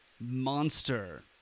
monster